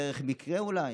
בדרך מקרה, אולי,